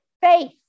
faith